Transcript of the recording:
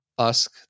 ask